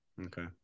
Okay